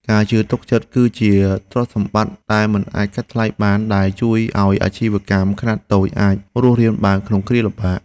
ការជឿទុកចិត្ត គឺជាទ្រព្យសម្បត្តិដែលមិនអាចកាត់ថ្លៃបានដែលជួយឱ្យអាជីវកម្មខ្នាតតូចអាចរស់រានបានក្នុងគ្រាលំបាក។